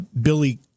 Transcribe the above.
Billy